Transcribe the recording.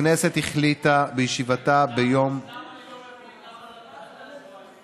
הכנסת החליטה בישיבתה ביום, אני לא מבין למה,